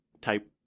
type